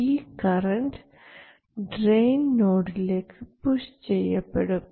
ഈ current drain നോഡിലേക്ക് push ചെയ്യപ്പെടും